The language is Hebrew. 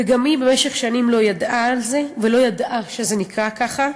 וגם היא במשך שנים לא ידעה על זה ולא ידעה שזה נקרא ככה.